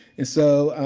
and so,